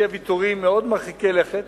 והציעה ויתורים מאוד מרחיקי לכת,